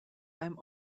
einem